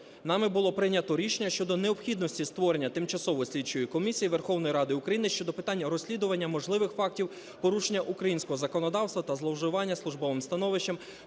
цим, нами було прийнято рішення щодо необхідності створення Тимчасової слідчої комісії Верховної Ради України щодо питань розслідування можливих фактів порушення українського законодавства та зловживання службовим становищем